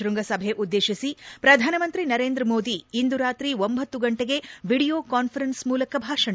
ಶೃಂಗಸಭೆ ಉದ್ದೇಶಿಸಿ ಪ್ರಧಾನಮಂತ್ರಿ ನರೇಂದ್ರ ಮೋದಿ ಇಂದು ರಾತ್ರಿ ಒಂಭತ್ತು ಗಂಟಿಗೆ ವೀಡಿಯೊ ಕಾನ್ವರೆನ್ಸ್ ಮೂಲಕ ಭಾಷಣ